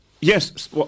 Yes